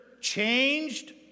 changed